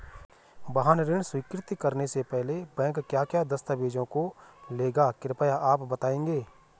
वाहन ऋण स्वीकृति करने से पहले बैंक क्या क्या दस्तावेज़ों को लेगा कृपया आप बताएँगे?